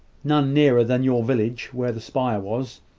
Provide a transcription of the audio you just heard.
none nearer than you village where the spire was,